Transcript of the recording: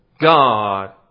God